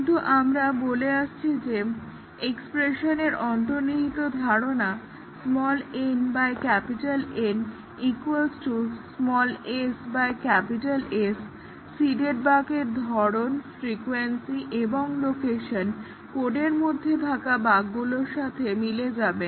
কিন্তু আমরা বলে আসছি যে এক্সপ্রেশনের অন্তর্নিহিত ধারণা n N s S seeded বাগের ধরণ ফ্রিকোয়েন্সি এবং লোকেশন কোডের মধ্যে থাকা বাগগুলোর সাথে মিলে যাবে